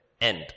end